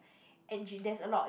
engine there's a lot